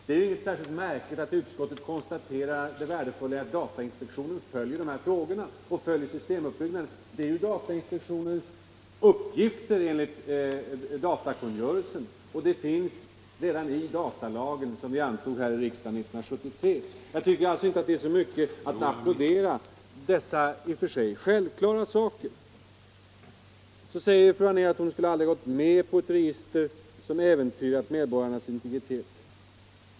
Det är ju inte särskilt märkligt att utskottet konstaterar att det värdefulla är att datainspektionen följer dessa frågor och följer systemuppbyggnaden. Det är ju datainspektionens uppgifter enligt datakungörelsen, och dessa finns angivna i datalagen som antogs här i riksdagen 1973. Jag tycker alltså inte att det är så mycket att applådera dessa i och för sig självklara saker. Fru Anér säger att hon aldrig skulle gått med på ett register som äventyrar medborgarnas integritet.